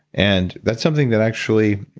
and that's something that actually,